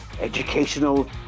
educational